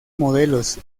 modelos